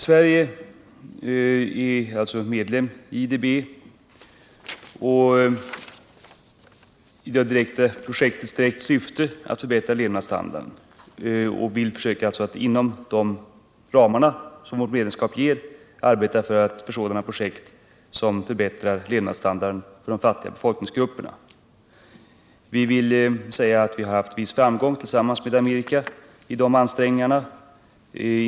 Sverige är alltså medlem i IDB och i projekt som har till direkt syfte att förbättra levnadsstandarden för de fattiga befolkningsgrupperna. Vi vill således försöka att inom de ramar som medlemskapet ger arbeta för sådana projekt. Vi har haft viss framgång tillsammans med USA i de ansträngningarna.